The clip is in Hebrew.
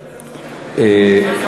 אני לא כבודו,